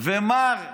ומר בנט,